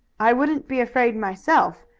i wouldn't be afraid myself,